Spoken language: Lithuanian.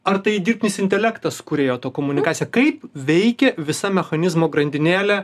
ar tai dirbtinis intelektas kūrėjo to komunikacija kaip veikia visa mechanizmo grandinėlė